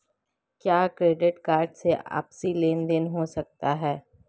क्या credit card से आपसी लेनदेन हो सकता है?